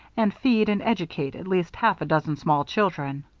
and feed and educate at least half a dozen small children.